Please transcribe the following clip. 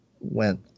Went